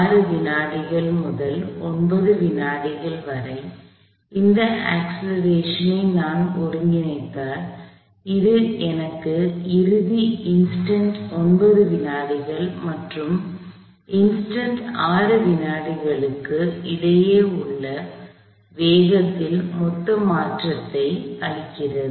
6 வினாடிகள் முதல் 9 வினாடிகள் வரை இந்த அக்ஸ்லரேஷன் ஐ நான் ஒருங்கிணைத்தால் இது எனக்கு இறுதி இன்ஸ்டன்ட் 9 வினாடிகள் மற்றும் இன்ஸ்டன்ட் 6 வினாடிகளுக்கு இடையே உள்ள வேகத்தில் மொத்த மாற்றத்தை அளிக்கிறது